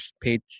page